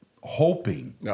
hoping